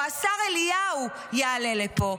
או השר אליהו יעלה לפה,